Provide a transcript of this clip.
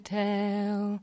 tell